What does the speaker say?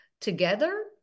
together